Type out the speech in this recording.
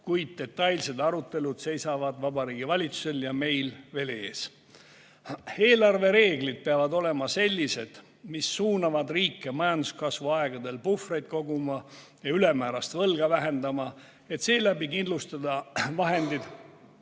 kuid detailsed arutelud seisavad Vabariigi Valitsusel ja meil veel ees. Eelarvereeglid peavad olema sellised, mis suunavad riike majanduskasvu aegadel puhvreid koguma ja ülemäärast võlga vähendama, et seeläbi kindlustada vahendid